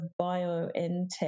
BioNTech